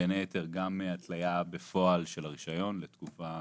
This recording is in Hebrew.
בין היתר גם הטליה בפועל של הרישיון לתקופה ממושכת.